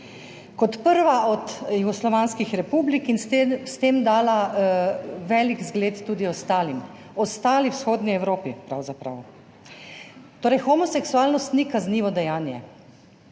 kot prva od jugoslovanskih republik in s tem dala velik zgled tudi ostalim, ostali v vzhodni Evropi pravzaprav. Torej homoseksualnost ni kaznivo dejanje.